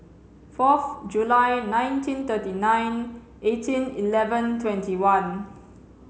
fourth July nineteen thirty nine eighteen eleven twenty one